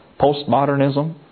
Postmodernism